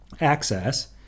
access